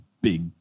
big